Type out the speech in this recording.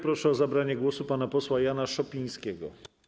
Proszę o zabranie głosu pana posła Jana Szopińskiego.